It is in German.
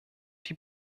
die